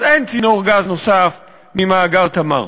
אז אין צינור גז נוסף ממאגר "תמר".